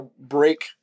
break